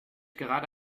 gerade